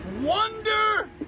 Wonder